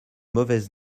mauvais